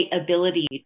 ability